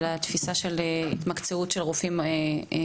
לשמוע את ההתייחסות שלהם בנוגע להתמקצעות של רופאי מחלימים.